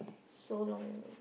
so long